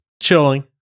Chilling